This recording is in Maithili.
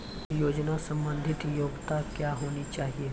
योजना संबंधित योग्यता क्या होनी चाहिए?